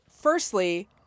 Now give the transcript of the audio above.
Firstly